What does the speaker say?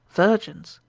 virgins,